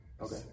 Okay